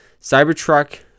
cybertruck